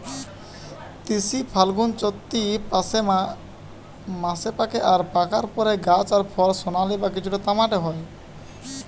তিসি ফাল্গুনচোত্তি মাসে পাকে আর পাকার পরে গাছ আর ফল সোনালী বা কিছুটা তামাটে হয়